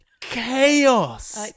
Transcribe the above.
chaos